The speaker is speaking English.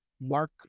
mark